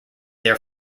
their